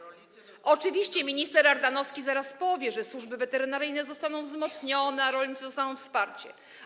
Oczywiście minister Ardanowski zaraz powie, że służby weterynaryjne zostaną wzmocnione, a rolnicy dostaną wsparcie.